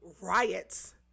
riots